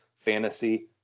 fantasy